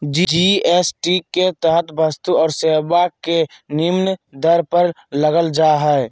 GST के तहत वस्तु और सेवा के निम्न दर पर लगल जा हइ